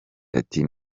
ati